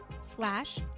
slash